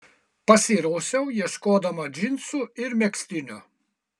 pasirausiau ieškodama džinsų ir megztinio